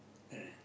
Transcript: correct